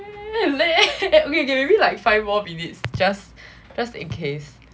leh okay maybe like five more minutes just just in case